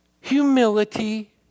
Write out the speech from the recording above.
humility